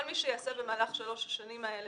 כל מי שיעשה פעולה במהלך שלוש השנים האלה,